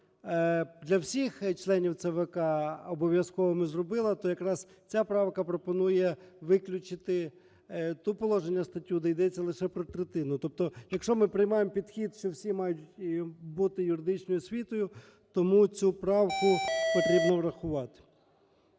для всіх членів ЦВК обов'язковими зробила, то якраз ця правка пропонує виключити те положення статті, де йдеться лише про третину. Тобто якщо ми приймаємо підхід, що всі мають бути з юридичною освітою, тому цю правку потрібно врахувати.